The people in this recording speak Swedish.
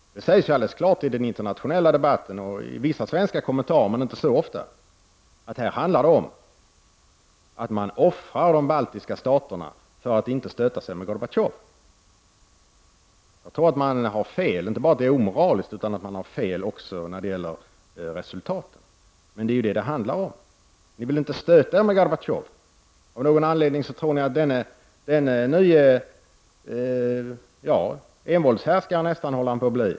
Det sägs ju alldeles klart i den internationella debatten och i vissa svenska kommentarer — men inte så ofta — att det handlar om att man offrar de baltiska staterna för att inte stöta sig med Gorbatjov. Det är inte bara omoraliskt, utan jag tror att man har fel även när det gäller resultatet. Men det är inte detta som det hela handlar om. Ni vill inte stöta er med Gorbatjov. Av någon anledning tror ni på denne nye envåldshärskare — som han nästan håller på att bli.